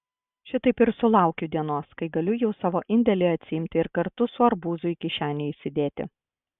šitaip ir sulaukiu dienos kai galiu jau savo indėlį atsiimti ir kartu su arbūzu į kišenę įsidėti